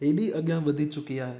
हेॾी अॻियां वधी चुकी आहे